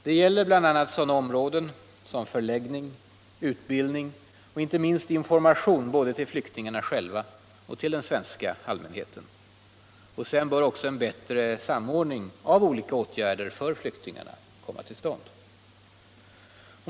Det gäller bl.a. sådana områden som förläggning, utbildning och inte minst information både till flyktingarna själva och till den svenska allmänheten. Sedan bör också en bättre samordning av olika åtgärder för flyktingarna komma till stånd.